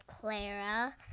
Clara